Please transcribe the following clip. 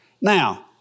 Now